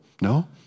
no